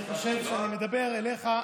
אני חושב שאני מדבר אליך,